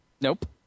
Nope